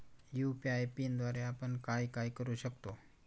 UPI पिनद्वारे आपण काय काय करु शकतो?